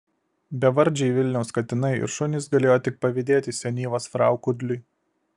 bevardžiai vilniaus katinai ir šunys galėjo tik pavydėti senyvos frau kudliui